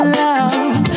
love